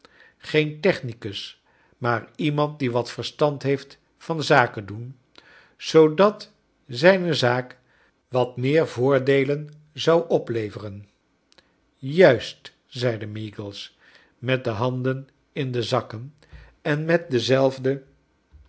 geen technicus maar iemand die wat verstand heeft van zaken doen zoodat zijrie zaak wat meer voordeelen zou opievereu juist zcide meagles met de haaden in de zakken en met dezelfde